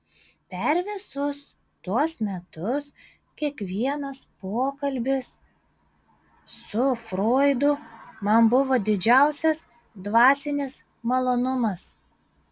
per visus tuos metus kiekvienas pokalbis su froidu man buvo didžiausias dvasinis malonumas